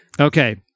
Okay